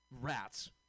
Rats